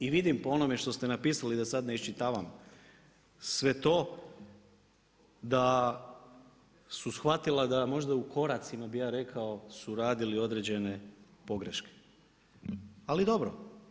I vidim po onome što ste napisali, da sa d ne iščitavam sve to, da su shvatila da su možda u koracima, bi ja rekao, su radili određene pogreške, ali dobro.